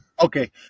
okay